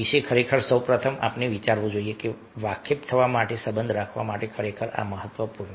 વિશે ખરેખર સૌ પ્રથમ આપણે વિચારવું જોઈએ કે વાકેફ થવા માટે સંબંધ રાખવા માટે ખરેખર આ મહત્વપૂર્ણ છે